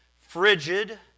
frigid